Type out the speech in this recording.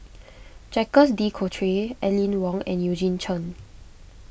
Jacques De Coutre Aline Wong and Eugene Chen